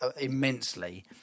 immensely